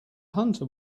hunter